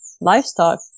livestock